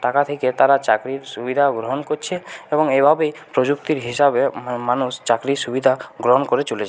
টাকা থেকে তারা চাকরির সুবিধাও গ্রহণ করছে এবং এইভাবেই প্রযুক্তির হিসাবে মা মানুষ চাকরির সুবিধা গ্রহণ করে চলেছে